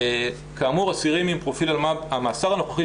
כאמור אסירים עם פרופיל אלמ"ב המאסר הנוכחי